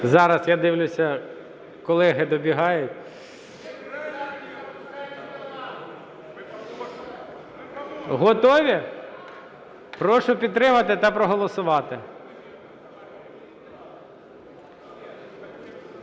Зараз, я дивлюсь, колеги добігають. Готові? Прошу підтримати та проголосувати.